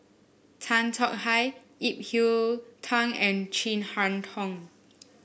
Tan Tong Hye Ip Yiu Tung and Chin Harn Tong